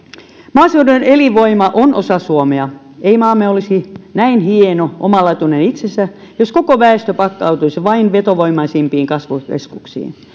maaseudun elinvoima on osa suomea ei maamme olisi näin hieno omalaatuinen itsensä jos koko väestö pakkautuisi vain vetovoimaisimpiin kasvukeskuksiin